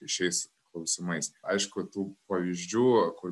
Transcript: šiais klausimais aišku tų pavyzdžių kur